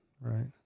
Right